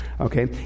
Okay